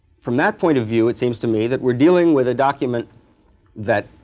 from that point of view, it seems to me that we're dealing with a document that,